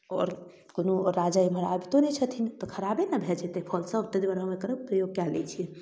आओर कोनो राजा एमहर आबितो नहि छथिन तऽ खराबे ने भऽ जेतै फल सब तै दुआरे हम एकरा प्रयोग कए लै छियै